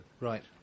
Right